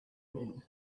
men